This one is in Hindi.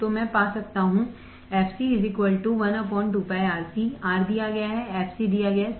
तो मैं पा सकता हूँ fc 1 2 πRC R दिया गया हैf c दिया गया है C दिया गया है